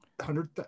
hundred